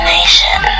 Nation